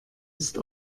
ist